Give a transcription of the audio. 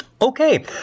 Okay